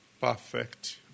perfect